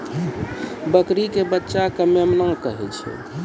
बकरी के बच्चा कॅ मेमना कहै छै